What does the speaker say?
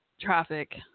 traffic